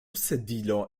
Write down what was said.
sedilo